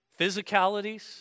physicalities